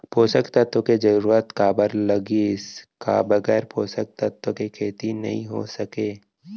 पोसक तत्व के जरूरत काबर लगिस, का बगैर पोसक तत्व के खेती नही हो सके?